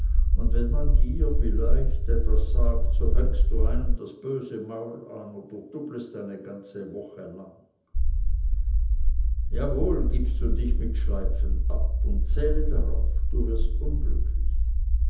und wenn man dir wie leicht etwas sagt so hängst du einem das böse maul an oder tublest eine ganze woche lang jawohl gibst du dich mit schleipfen ab und zähle darauf du wirst unglücklich